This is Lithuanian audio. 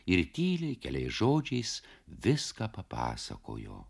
ir tyliai keliais žodžiais viską papasakojo